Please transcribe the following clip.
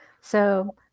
So-